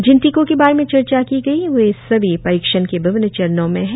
जिन टीकों के बारे में चर्चा की गई वे सभी परीक्षण के विभिन्न चरणों में हैं